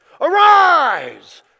Arise